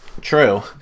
True